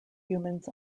humans